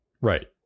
right